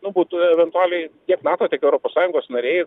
nu būtų eventualiai tiek nato tiek europos sąjungos nariai